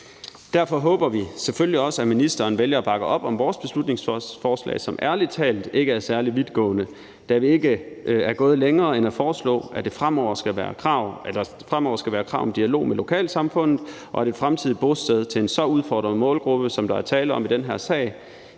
Derfor håber vi selvfølgelig også, at ministeren vælger at bakke op om vores beslutningsforslag, som ærlig talt ikke er særlig vidtgående, da vi ikke er gået længere end til at foreslå, at der fremover skal være et krav om dialog med lokalsamfundet, og at et fremtidigt bosted til en så udfordret målgruppe, som der er tale om i den her sag,